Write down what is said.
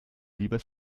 lieber